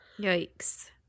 Yikes